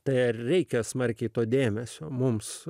tai reikia smarkiai to dėmesio mums